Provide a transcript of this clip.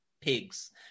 pigs